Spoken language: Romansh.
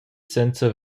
senza